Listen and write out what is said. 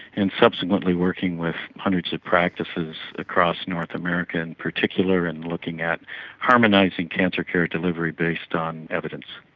and subsequently working with hundreds of practices across north america in particular and looking at harmonising cancer care delivery based on evidence.